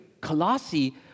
Colossi